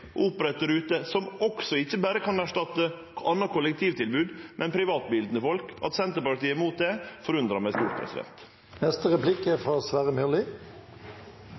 ikkje berre kan erstatte anna kollektivtilbod, men privatbilen til folk. At Senterpartiet er imot det, forundrar meg stort.